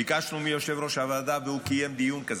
ביקשנו מיושב-ראש הוועדה, והוא קיים דיון כזה.